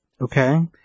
Okay